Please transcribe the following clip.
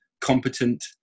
competent